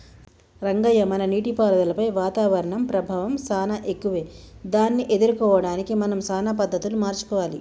రంగయ్య మన నీటిపారుదలపై వాతావరణం ప్రభావం సానా ఎక్కువే దాన్ని ఎదుర్కోవడానికి మనం సానా పద్ధతులు మార్చుకోవాలి